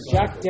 Jack